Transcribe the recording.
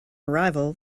arrival